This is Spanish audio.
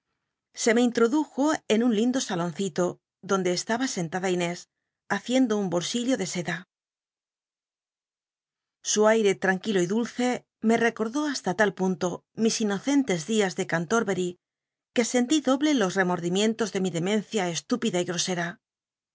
se me introduj o en un lindo saloncito donde c laha sentad inés haciendo un i oisillo de seda su aire tranquilo y dulce me cccoc tlú ha la tal punto mis inoccnlcs dias de cantoc hcc y que sentí doble los rcmonlimicnl os de mi demencia estúpida y gcoset'a